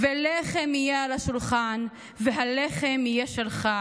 / ולחם יהיה על השולחן / והלחם יהיה שלך.